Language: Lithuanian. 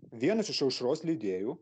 vienas iš aušros leidėjų